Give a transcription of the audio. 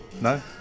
no